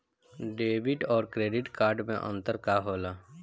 Debit और credit card मे अंतर का होला?